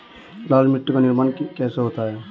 लाल मिट्टी का निर्माण कैसे होता है?